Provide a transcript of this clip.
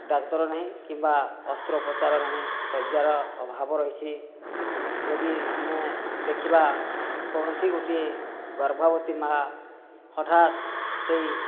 ଡାକ୍ତର ନାହିଁ କିମ୍ବା ଅସ୍ତ୍ରୋପଚାର ନାହିଁ ଶଯ୍ୟାର ଅଭାବ ରହିଛି ଯଦି ଆମେ ଦେଖିବା କୌଣସି ଗୋଟିଏ ଗର୍ଭବତୀ ମା' ହଠାତ୍ ସେହି